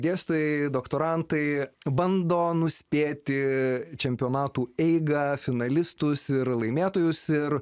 dėstai doktorantai bando nuspėti čempionatų eigą finalistus ir laimėtojus ir